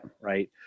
right